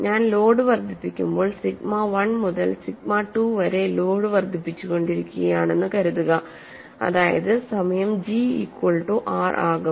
ഞാൻ ലോഡ് വർദ്ധിപ്പിക്കുമ്പോൾ സിഗ്മ 1 മുതൽ സിഗ്മ 2 വരെ ലോഡ് വർദ്ധിപ്പിച്ചുകൊണ്ടിരിക്കുകയാണെന്ന് കരുതുക അതായത് സമയം ജി ഈക്വൽ റ്റു ആർ ആകും